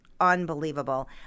unbelievable